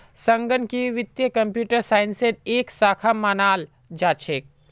संगणकीय वित्त कम्प्यूटर साइंसेर एक शाखा मानाल जा छेक